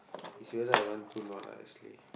is whether I want to or not actually